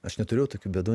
aš neturėjau tokių bėdų